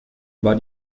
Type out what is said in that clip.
war